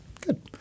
Good